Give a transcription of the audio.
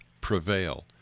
prevail